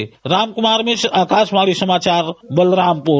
राम कुमार मिश्र आकाशवाणी समाचार बलरामपुर